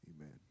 Amen